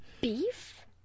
Beef